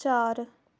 ਚਾਰ